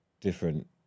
different